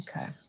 okay